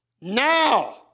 Now